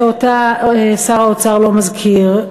שאותה שר האוצר לא מזכיר,